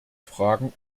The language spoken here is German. fragen